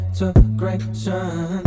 integration